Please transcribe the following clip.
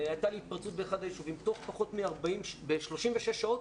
הייתה לי התפרצות באחד היישובים, ב-36 שעות